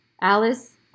Alice